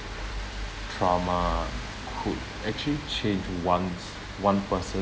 trauma could actually change one's one person